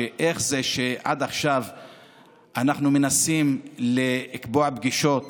איך זה שעד עכשיו אנחנו מנסים לקבוע פגישות